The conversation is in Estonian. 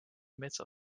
metsa